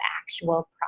actual